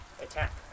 attack